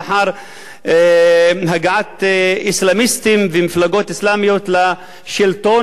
לאחר הגעת אסלאמיסטים ומפלגות אסלאמיות לשלטון